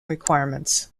requirements